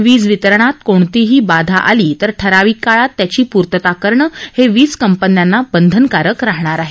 वीजवितरणात कुठेही बाधा आली तर ठरविक काळात त्याची पूर्तता करणं हे वीजकंपन्यांना बंधनकारक राहणार आहे